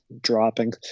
dropping